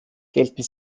gelten